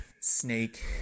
snake